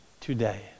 today